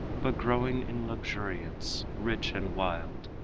but growing in luxuriance rich and wild,